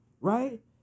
right